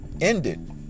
ended